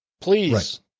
Please